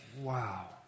Wow